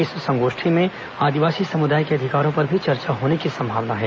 इस सँगोष्ठी में आदिवासी समुदाय के अधिकारों पर भी चर्चा होने की संभावना है